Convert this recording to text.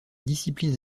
disciplines